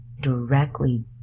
directly